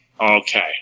Okay